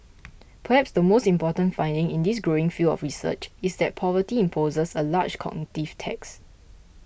perhaps the most important finding in this growing field of research is that poverty imposes a large cognitive tax